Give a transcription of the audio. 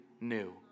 new